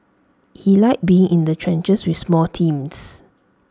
he liked being in the trenches with small teams